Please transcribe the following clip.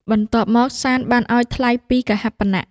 បន្ទាប់មក សាន្តបានឱ្យថ្លៃពីរកហាបណៈ។